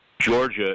Georgia